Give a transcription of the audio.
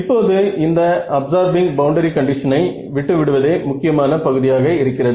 இப்போது இந்த absorbing boundary கண்டிஷனை விட்டு விடுவதே முக்கியமான பகுதியாக இருக்கிறது